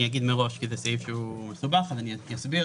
הוא סעיף מסובך ולכן אני אסביר.